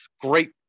great